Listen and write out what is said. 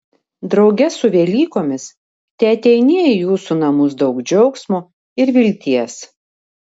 drauge su velykomis teateinie į jūsų namus daug džiaugsmo ir vilties